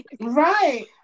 Right